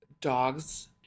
dogs